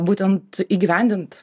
būtent įgyvendint